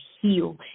heal